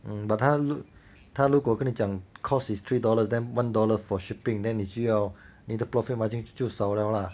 mm but 他如他如果跟你讲 cost is three dollars then one dollar for shipping then 你就要你的 profit margin 就少了啦